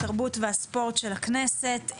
התרבות והספורט של הכנסת.